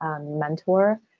mentor